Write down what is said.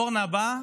אורנה באה